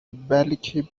بلکه